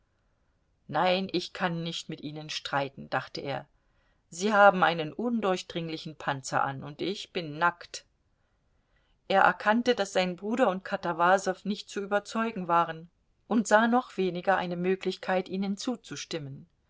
nein ich kann nicht mit ihnen streiten dachte er sie haben einen undurchdringlichen panzer an und ich bin nackt er erkannte daß sein bruder und katawasow nicht zu überzeugen waren und sah noch weniger eine möglichkeit ihnen zuzustimmen